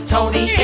Tony